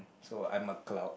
so I'm a clown